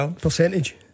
percentage